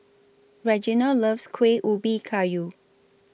Reginald loves Kuih Ubi Kayu